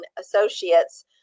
Associates